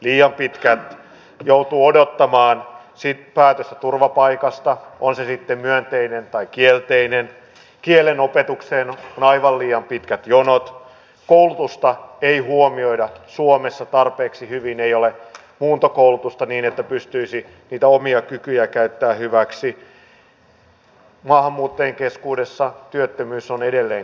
liian pitkään joutuu odottamaan päätöstä turvapaikasta on se sitten myönteinen tai kielteinen kielenopetukseen on aivan liian pitkät jonot koulutusta ei huomioida suomessa tarpeeksi hyvin ei ole muuntokoulutusta niin että pystyisi niitä omia kykyjä käyttämään hyväksi maahanmuuttajien keskuudessa työttömyys on edelleen korkea